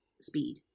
speed